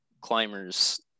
climbers